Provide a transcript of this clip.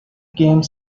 game